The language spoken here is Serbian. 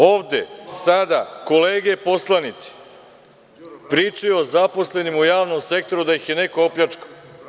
Ovde sada kolege poslanici pričaju o zaposlenima u javnom sektoru da ih je neko opljačkao.